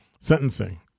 sentencing